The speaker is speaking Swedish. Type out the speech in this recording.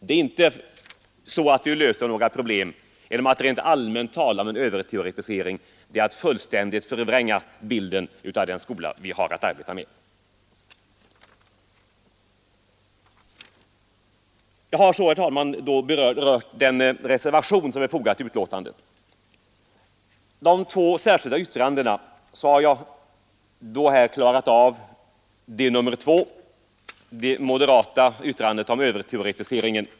Läroplanerna för Vi löser inte några problem genom att rent allmänt tala om en grundskolan och överteoretisering — det är att fullständigt förvränga bilden av den skola vi gymnasieskolan har att arbeta med. Jag har nu, herr talman, berört den reservation som är fogad till betänkandet. Av de två särskilda yttrandena har jag klarat av nr 2, det moderata yttrandet om överteoretiseringen.